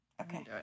Okay